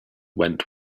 went